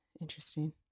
Interesting